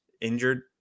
injured